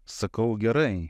sakau gerai